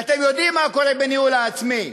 ואתם יודעים מה קורה בניהול העצמי.